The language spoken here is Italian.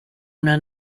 una